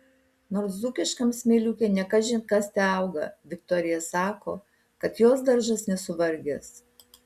nors dzūkiškam smėliuke ne kažin kas teauga viktorija sako kad jos daržas nesuvargęs